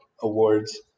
awards